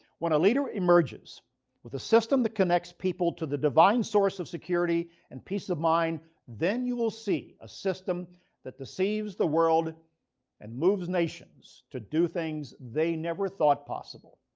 when a leader emerges with a system that connects people to the divine source of security and peace of mind then you will see a system that deceives the world and moves nations to do things they never thought possible.